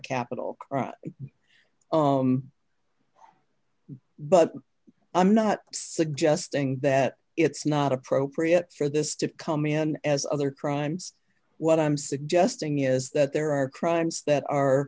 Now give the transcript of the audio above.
capital crime but i'm not suggesting that it's not appropriate for this to come in as other crimes what i'm suggesting is that there are crimes that are